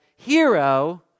hero